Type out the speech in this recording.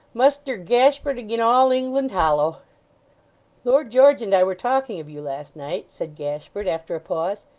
muster gashford agin all england hollow lord george and i were talking of you last night said gashford, after a pause.